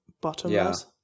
bottomless